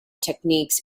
techniques